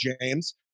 James